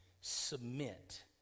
submit